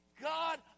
God